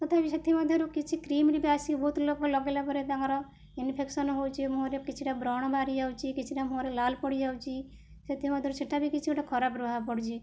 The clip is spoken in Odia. ତଥାପି ସେଥିମଧ୍ୟରୁ କିଛି କ୍ରିମ୍ ରେ ବି ଆସି ବହୁତ ଲୋକ ଲଗାଇଲା ପରେ ତାଙ୍କର ଇନଫେସ୍କନ ହେଉଛି ମୁହଁରେ କିଛିଟା ବ୍ରଣ ବାହାରି ଯାଉଛି କିଛିଟା ମୁହଁରେ ଲାଲ ପଡ଼ିଯାଉଛି ସେଥିମଧ୍ୟରୁ ସେଇଟା ବି କିଛି ଗୋଟେ ଖରାପ ପ୍ରଭାବ ପଡ଼ୁଛି